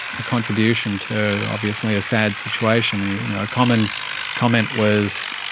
a contribution to obviously a sad situation. a you know a common comment was,